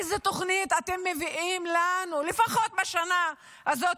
איזו תוכנית אתם מביאים לנו לפחות בשנה הזאת,